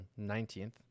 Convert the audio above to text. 19th